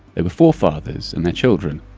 there were four fathers and their children,